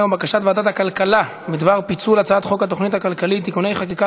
בדבר פיצול הצעת חוק התוכנית הכלכלית (תיקוני חקיקה